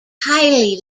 highly